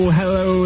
hello